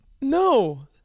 No